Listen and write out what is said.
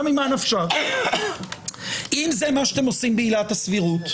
ממה נפשך אם זה מה שאתם עושים בעילת הסבירות,